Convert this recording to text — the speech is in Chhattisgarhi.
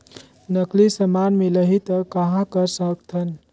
नकली समान मिलही त कहां कर सकथन?